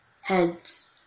heads